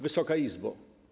Wysoka Izbo!